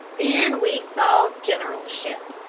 then we saw generalship.